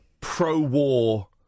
pro-war